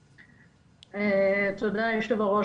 תודה, יושב-הראש.